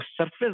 surface